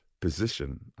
position